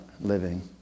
living